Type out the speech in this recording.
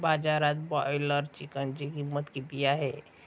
बाजारात ब्रॉयलर चिकनची किंमत किती आहे?